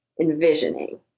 envisioning